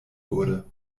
wurde